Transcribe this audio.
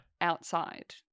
Outside